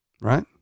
Right